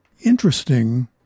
interesting